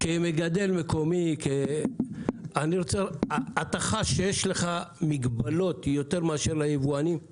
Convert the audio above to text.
אפשר גם למכור לשוק, הכל הולך להשמדה.